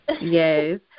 Yes